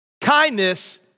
Kindness